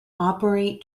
operate